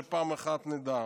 שפעם אחת נדע: